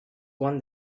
one